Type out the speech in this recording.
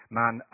man